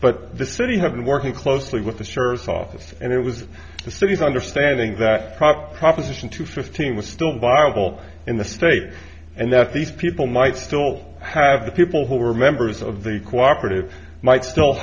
but the city had been working closely with the sheriff's office and it was the city's understanding that proposition two fifteen was still viable in the state and that these people might still have the people who are members of the cooperated might still